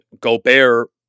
Gobert